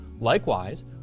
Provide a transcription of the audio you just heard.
Likewise